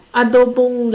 adobong